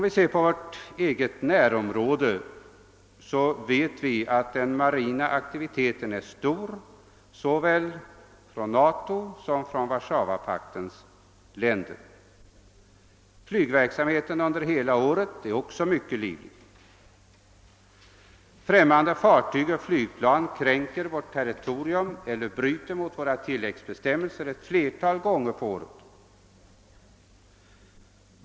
I vårt eget närområde är den marina aktiviteten stor från såväl NATO som Warszawapaktens länder. Flygverksamheten är också mycket livlig under hela året. Främmande fartyg och flygplan kränker vårt territorium eller bryter mot våra tilläggsbestämmelser ett flertal gånger på året.